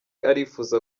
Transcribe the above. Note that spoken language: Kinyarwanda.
arifuza